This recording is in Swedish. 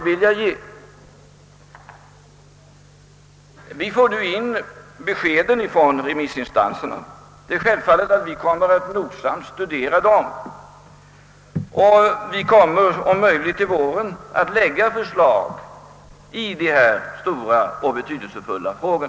Vi får nu in remissinstansernas yttranden. Det är självfallet att vi noggrant kommer att studera dem, och vi skall om möjligt till våren lägga fram förslag i dessa stora och betydelsefulla frågor.